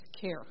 care